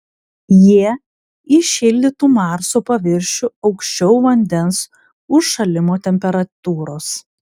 jie įšildytų marso paviršių aukščiau vandens užšalimo temperatūros